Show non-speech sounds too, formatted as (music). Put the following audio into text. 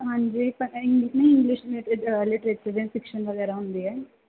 ਹਾਂਜੀ ਪਤਾ ਹੀ ਨਹੀਂ ਸੀ ਇੰਗਲਿਸ਼ ਲਿਟ ਲਿਟਰੇਚਰ ਦੀਆਂ (unintelligible) ਵਗੈਰਾ ਹੁੰਦੇ ਹੈ